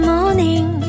Morning